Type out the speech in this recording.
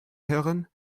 hören